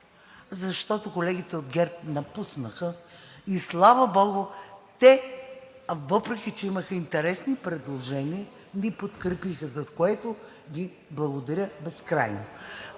защото колегите от ГЕРБ напуснаха. И, слава богу, те, въпреки че имаха интересни предложения, ни подкрепиха, за което им благодаря безкрайно.